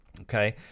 Okay